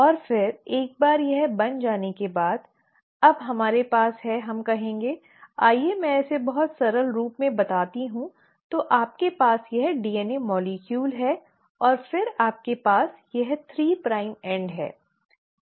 और फिर एक बार यह बन जाने के बाद अब हमारे पास है हम कहेंगे आइए मैं इसे बहुत सरल रूप में बताती हूं तो आपके पास यह DNA अणु है और फिर आपके पास यह 3 प्राइम एंड है